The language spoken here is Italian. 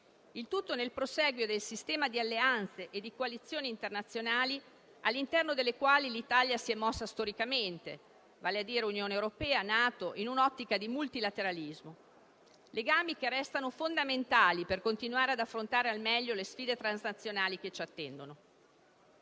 il tutto nel prosieguo del sistema di alleanze e di coalizioni internazionali all'interno delle quali l'Italia si è mossa storicamente, vale a dire Unione europea, NATO, in un'ottica di multilateralismo; legami che restano fondamentali per continuare ad affrontare al meglio le sfide transazionali che ci attendono.